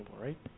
right